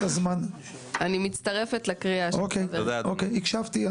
אוקיי, הקשבתי.